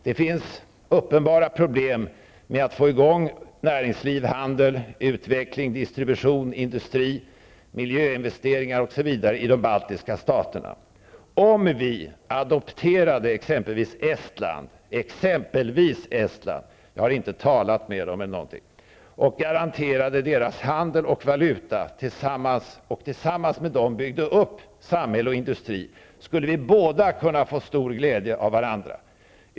Det finns uppenbara problem med att få i gång näringsliv, handel, utveckling, distribution, industri, miljöinvesteringar osv. i de baltiska staterna. Men om vi adopterade exempelvis Estland -- jag måste tillägga att jag t.ex. inte har haft några samtal med estländarna -- garanterade estländarnas handel och valuta och tillsammans med dem byggde upp samhälle och industri, skulle båda länderna kunna få stor glädje av varandra.